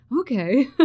okay